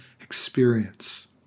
experience